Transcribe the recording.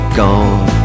gone